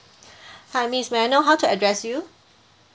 hi miss may I know how to address you